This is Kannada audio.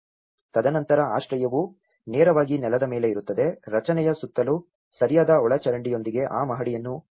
ತದನಂತರ ಆಶ್ರಯವು ನೇರವಾಗಿ ನೆಲದ ಮೇಲೆ ಇರುತ್ತದೆ ರಚನೆಯ ಸುತ್ತಲೂ ಸರಿಯಾದ ಒಳಚರಂಡಿಯೊಂದಿಗೆ ಆ ಮಹಡಿಯನ್ನು ಎತ್ತರಿಸುತ್ತದೆ